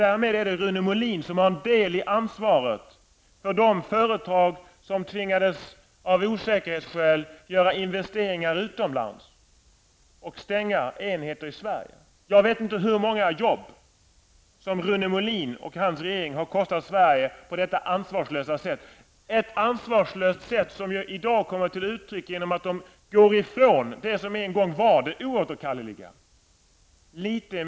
Därmed måste Rune Molin dela ansvaret för de företag som av osäkerhetsskäl tvingats göra investeringar utomlands och stänga enheter i Jag vet inte hur många jobb som Rune Molins och hans regerings ansvarslösa sätt har kostat Sverige -- ett ansvarslöst sätt, som i dag kommer till uttryck genom att han går ifrån det som en gång var oåterkalleligt.